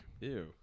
Ew